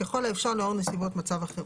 ככל האפשר לאור נסיבות מצב החירום.